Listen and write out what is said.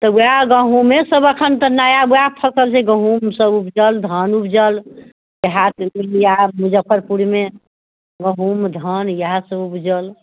तऽ ओएह गहुँमे सब अखन तऽ नया ओएह फसल छै गहुँम सब उपजल धान उपजल मुजफ्फरपुरमे गहुँम धान इएह सब उपजल